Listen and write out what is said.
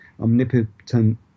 omnipotent